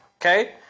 okay